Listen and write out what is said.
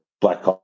black